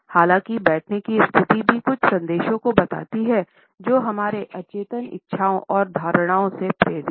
हालाँकि बैठने की स्थिति भी कुछ संदेशों को बताती है जो हमारी अचेतन इच्छाओं और धारणाओं से प्रेरित है